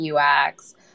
UX